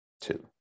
two